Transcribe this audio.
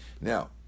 now